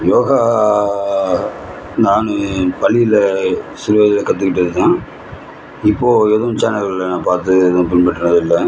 யோகா நான் பள்ளியில் சில இது கற்றுக்கிட்டது தான் இப்போது எதுவும் சேனல்களில் நான் பார்த்து ஏதும் பின்பற்றுனது இல்லை